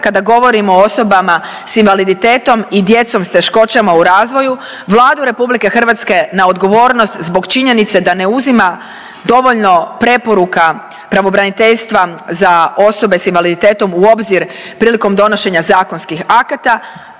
kada govorimo o osobama s invaliditetom i djecom s teškoćama u razvoju Vladu RH na odgovornost zbog činjenice da ne uzima dovoljno preporuka pravobraniteljstva za osobe s invaliditetom u obzir prilikom donošenja zakonskih akata,